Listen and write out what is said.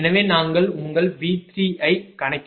எனவே நாங்கள் உங்கள் V3 ஐ கணக்கிடுவோம்